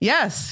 Yes